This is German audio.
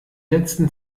letzten